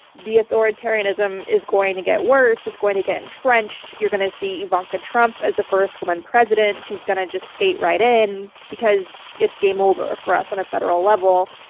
the authoritarianism is going to get worse. it's going to get entrenched. you're going to see ivanka trump as the first woman president. she's going to just skate right in, because it's game over for us on a federal level.